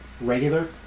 Regular